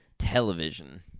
television